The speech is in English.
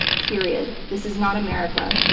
period. this is not america.